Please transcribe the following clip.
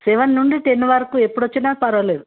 seven నుండి ten వరకు ఎప్పుడు వచ్చినా పరవాలేదు